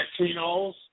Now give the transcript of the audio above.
Latinos